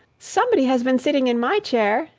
somebody has been sitting in my chair,